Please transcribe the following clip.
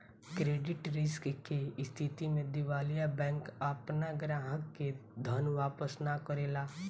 credit risk के स्थिति में दिवालिया बैंक आपना ग्राहक के धन वापस ना करेला